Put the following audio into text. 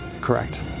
Correct